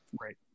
right